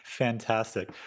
Fantastic